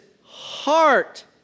heart